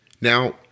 Now